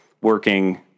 working